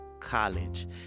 college